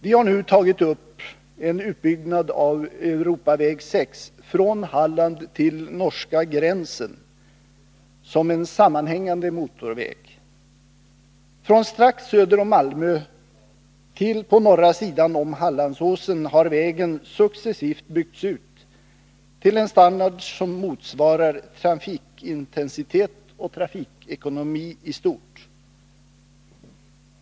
Vi har nu tagit upp en utbyggnad av Europaväg 6 från Halland till norska gränsen som en sammanhängande motorväg. Från strax söder om Malmö till på norra sidan om Hallandsåsen har vägen successivt byggts ut till en standard som motsvarar trafikintensitet och transportekonomi i stort.